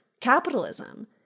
capitalism